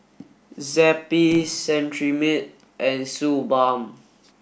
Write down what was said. Zappy Cetrimide and Suu Balm